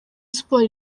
sports